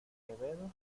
quevedos